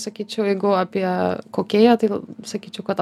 sakyčiau jeigu apie kokie jie tai sakyčiau kad